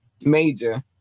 Major